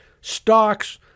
stocks